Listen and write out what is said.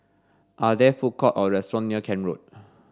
are there food courts or restaurants near Kent Road